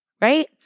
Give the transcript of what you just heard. right